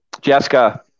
Jessica